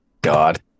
God